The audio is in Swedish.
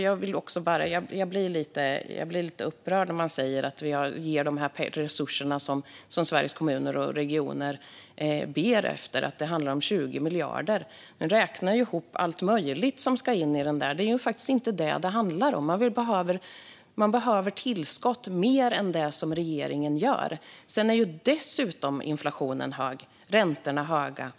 Jag blir lite upprörd när ni säger att ni ger de resurser som Sveriges Kommuner och Regioner ber om och att det handlar om 20 miljarder. Ni räknar ju ihop allt möjligt som ska in i det där. Det är faktiskt inte det det handlar om. Man behöver mer tillskott än det som regeringen gör. Dessutom är inflationen hög och räntorna höga.